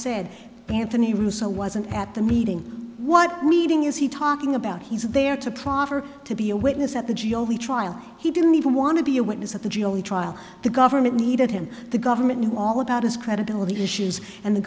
said anthony russo wasn't at the meeting what meeting is he talking about he's there to try to be a witness at the g o p trial he didn't even want to be a witness at the g only trial the government needed him the government knew all about his credibility issues and the